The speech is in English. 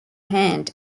hand